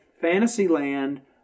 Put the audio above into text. Fantasyland